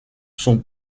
son